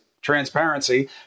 transparency